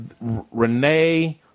Renee